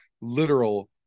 literal